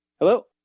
Hello